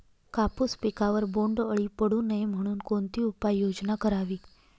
कापूस पिकावर बोंडअळी पडू नये म्हणून कोणती उपाययोजना करावी?